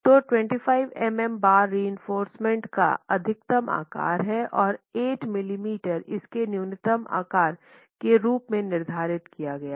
तो 25 मिमी bar reinforcement का अधिकतम आकार है और 8 मिलीमीटर इसके न्यूनतम आकार के रूप में निर्धारित किया गया हैं